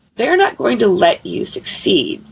they're not going to let you succeed,